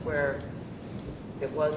where it was